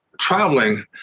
traveling